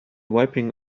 wiping